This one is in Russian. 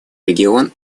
регион